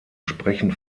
sprechen